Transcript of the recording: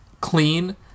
clean